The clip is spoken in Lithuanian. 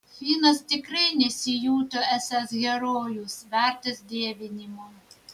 finas tikrai nesijuto esąs herojus vertas dievinimo